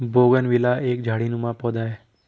bougainvillea एक झाड़ीनुमा पौधा है